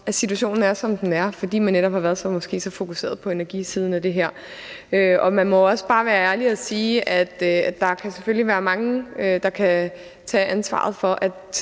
at situationen er, som den er, fordi man netop har været så fokuseret på energisiden af det her. Man må også bare være ærlig og sige, at der selvfølgelig er mange, der kan tage ansvaret for, at